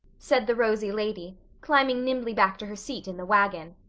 said the rosy lady, climbing nimbly back to her seat in the wagon,